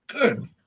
Good